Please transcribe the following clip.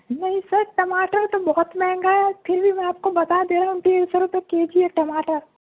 نہیں سر ٹماٹر تو بہت مہنگا ہے پھر بھی میں آپ کو بتا دے رہا ہوں تین سو روپئے کے جی ہے ٹماٹر